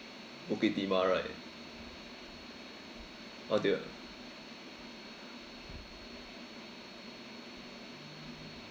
bukit timah right or do you